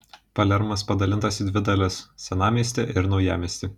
palermas padalintas į dvi dalis senamiestį ir naujamiestį